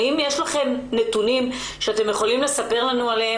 האם יש לכם נתונים שאתם יכולים לנו עליהם,